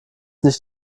nicht